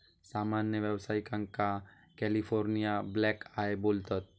सामान्य व्यावसायिकांका California blackeye बोलतत